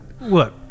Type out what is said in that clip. look